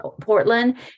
Portland